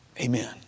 Amen